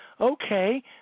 Okay